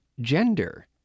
gender